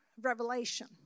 revelation